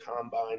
combine